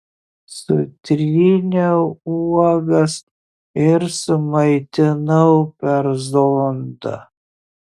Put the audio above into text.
sutryniau uogas ir sumaitinau per zondą